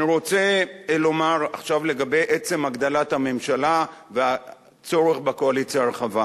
אני רוצה לומר עכשיו לגבי עצם הגדלת הממשלה והצורך בקואליציה הרחבה.